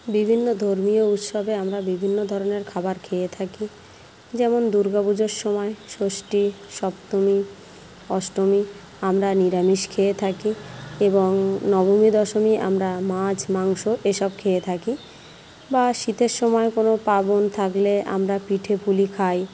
বিভিন্ন ধর্মীয় উৎসবে আমরা বিভিন্ন ধরনের খাবার খেয়ে থাকি যেমন দুর্গা পুজোর সময় ষষ্ঠী সপ্তমী অষ্টমী আমরা নিরামিষ খেয়ে থাকি এবং নবমী দশমী আমরা মাছ মাংস এসব খেয়ে থাকি বা শীতের সময় কোনো পার্বন থাকলে আমরা পিঠেপুলি খাই